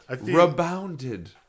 Rebounded